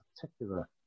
particular